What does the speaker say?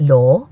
Law